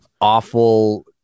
awful